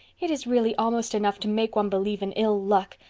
it is really almost enough to make one believe in ill-luck,